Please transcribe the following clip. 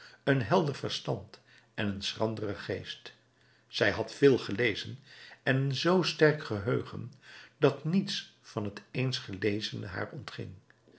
een helder verstand en een schranderen geest zij had veel gelezen en een zoo sterk geheugen dat niets van het eens gelezene haar ontging